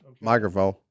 microphone